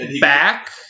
back